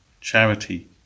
charity